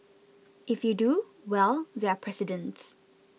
if you do well there are precedents